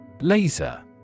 Laser